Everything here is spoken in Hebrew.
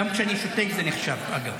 גם כשאני שותק זה נחשב, אגב.